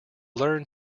learn